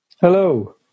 Hello